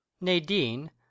Nadine